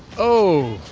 oh.